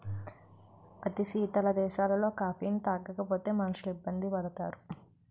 అతి శీతల దేశాలలో కాఫీని తాగకపోతే మనుషులు ఇబ్బంది పడతారు